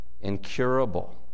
incurable